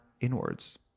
inwards